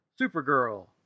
Supergirl